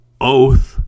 Oath